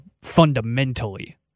fundamentally